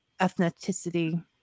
ethnicity